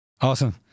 Awesome